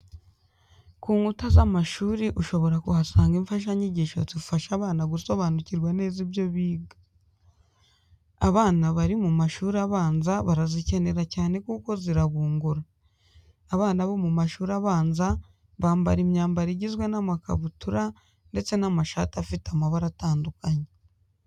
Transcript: Ku nkuta z'amashuri ushobora kuhasanga imfashanyigisho zifasha abana gusobanukirwa neza ibyo biga. abana bari mu mashuri abanza barazikenera cyane kuko zirabungura. Abana bo mu mashuri abanza bambara imyambaro igizwe n'amakabutura ndetse n'amashati afite amabara atandukanye.